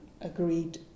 agreed